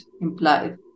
implied